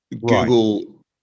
Google